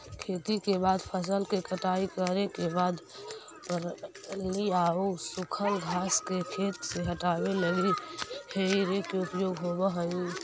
खेती के बाद फसल के कटाई करे के बाद पराली आउ सूखल घास के खेत से हटावे लगी हेइ रेक के उपयोग होवऽ हई